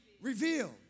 revealed